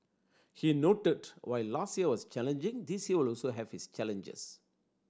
he noted while last year was challenging this year will also have its challenges